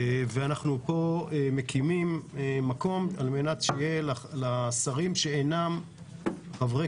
ואנחנו מקימים מקום על מנת שיהיה לשרים שאינם חברי